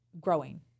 growing